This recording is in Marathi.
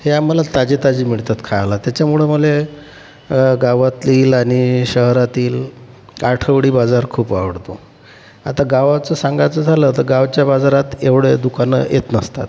हे आम्हाला ताजेताजे मिळतात खायला त्याच्यामुळं मला गावातील आणि शहरातील आठवडी बाजार खूप आवडतो आता गावाचं सांगायचं झालं तर गावच्या बाजारात एवढे दुकानं येत नसतात